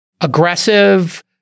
aggressive